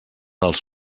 els